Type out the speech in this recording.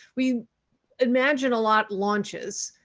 we imagine a lot launches.